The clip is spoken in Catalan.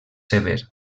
sever